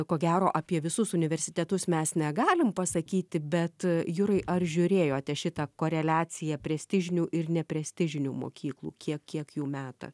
ko gero apie visus universitetus mes negalim pasakyti bet jurai ar žiūrėjote šitą koreliaciją prestižinių ir neprestižinių mokyklų kiek kiek jų meta